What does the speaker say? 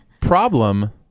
problem